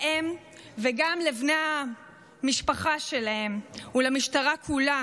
להם וגם לבני המשפחה שלהם ולמשטרה כולה,